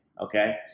Okay